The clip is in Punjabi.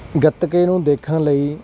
ਗਤਕੇ ਨੂੰ ਦੇਖਣ ਲਈ